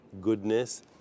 goodness